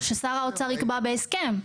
ששר האוצר יקבע בהסכם.